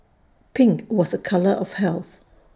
pink was A colour of health